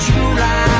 July